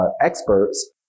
experts